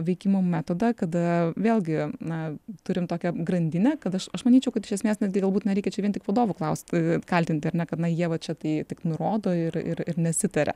veikimų metodą kada vėlgi na turim tokią grandinę kad aš aš manyčiau kad iš esmės netgi galbūt nereikia čia vien tik vadovų klaust kaltinti ar ne kad na jie va čia tai tik nurodo ir ir ir nesitaria